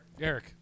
Eric